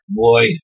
boy